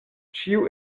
ĉiu